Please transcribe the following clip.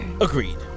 Agreed